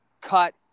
cut